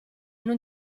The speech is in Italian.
non